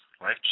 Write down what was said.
Life